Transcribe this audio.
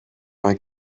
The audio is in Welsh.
mae